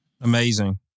Amazing